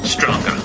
Stronger